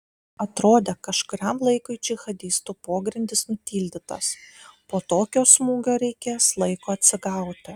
atrodė kažkuriam laikui džihadistų pogrindis nutildytas po tokio smūgio reikės laiko atsigauti